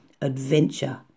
adventure